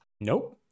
Nope